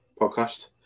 podcast